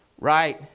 right